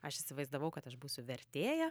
aš įsivaizdavau kad aš būsiu vertėja